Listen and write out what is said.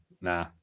Nah